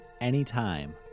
anytime